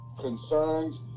concerns